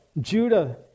Judah